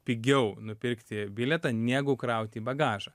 pigiau nupirkti bilietą negu krauti į bagažą